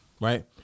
right